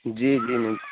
جی جی